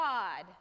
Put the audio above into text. God